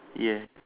ya